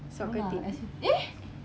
soccer dates eh